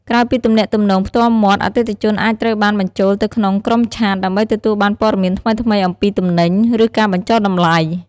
ក្រៅពីទំនាក់ទំនងផ្ទាល់មាត់ អតិថិជនអាចត្រូវបានបញ្ចូលទៅក្នុងក្រុមឆាត ដើម្បីទទួលបានព័ត៌មានថ្មីៗអំពីទំនិញ ឬការបញ្ចុះតម្លៃ។